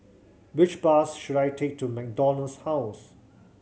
which bus should I take to MacDonald's House